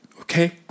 Okay